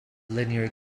linear